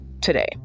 today